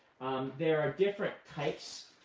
there are different types